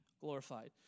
glorified